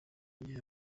gihe